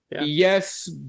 Yes